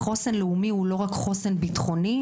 חוסן לאומי הוא לא רק חוסן ביטחוני,